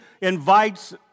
invites